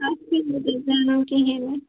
اَسہِ چھُنہٕ تیٚلہِ زینُن کِہیٖنٛۍ نہٕ